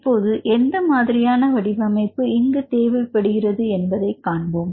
இப்போது எந்த மாதிரியான வடிவமைப்பு இங்கு தேவைப்படுகிறது என்பதை காண்போம்